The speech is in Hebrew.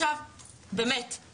עכשיו באמת,